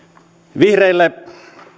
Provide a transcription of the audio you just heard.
vihreille